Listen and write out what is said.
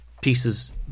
pieces